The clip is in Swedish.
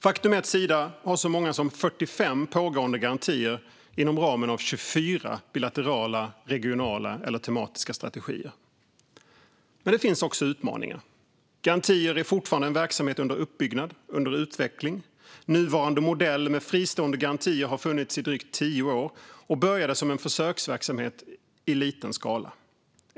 Faktum är att Sida har så mycket som 45 pågående garantier inom ramen för 24 bilaterala, regionala och tematiska strategier. Det finns också utmaningar. Garantier är fortfarande en verksamhet under uppbyggnad och utveckling. Nuvarande modell med fristående garantier har funnits i drygt tio år och började som en försöksverksamhet i liten skala.